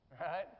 right